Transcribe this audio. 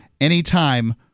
anytime